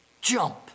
jump